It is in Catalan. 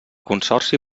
consorci